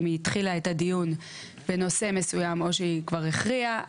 אם היא התחילה את הדיון בנושא מסוים או שהיא כבר הכריעה,